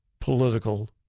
political